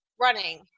running